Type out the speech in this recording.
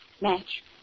Match